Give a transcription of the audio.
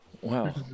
Wow